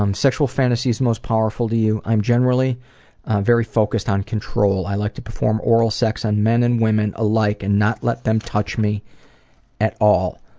um sexual fantasies most powerful to you i'm generally very focused on control. i like to perform oral sex on men and women alike and not let them touch me at all.